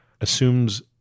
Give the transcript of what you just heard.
assumes